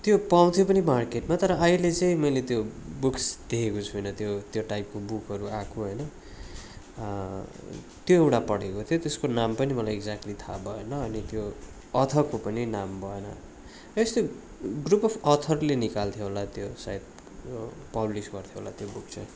त्यो पाउँथ्यो पनि मार्केटमा तर अहिले चाहिँ मैले त्यो बुक्स देखेको छुइनँ त्यो त्यो टाइपको बुकहरू आएको होइन त्यो एउटा पढेको थिएँ त्यसको नाम पनि मलाई एक्जेक्टली थाह भएन अनि त्यो अथरको पनि नाम भएन र यस्तो ग्रुप अफ अथरले निकाल्थ्यो होला त्यो सायद यो पब्लिस गर्थ्यो होला त्यो बुक चाहिँ